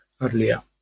earlier